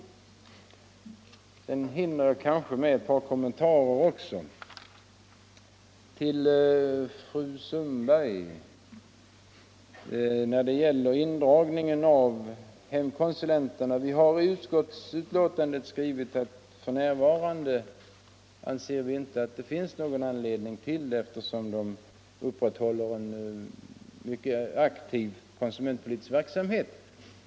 i; Jag hinner kanske också med ett par kommentarer, bl.a. till fru Sundberg om indragningen av hemkonsulenterna. Vi har i utskottets betänkande skrivit att vi f.n. inte anser att det finns någon anledning till indragning eftersom de upprätthåller en mycket aktiv konsumentpolitisk verksamhet.